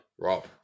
Rob